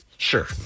Sure